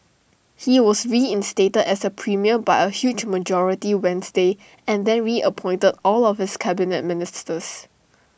he was reinstated as premier by A huge majority Wednesday and then reappointed all of his Cabinet Ministers